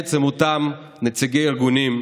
מתייעץ עם אותם נציגי ארגונים,